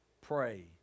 pray